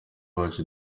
wacu